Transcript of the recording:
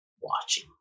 watching